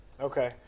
okay